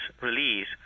release